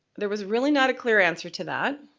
there was really not a clear answer to that.